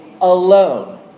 alone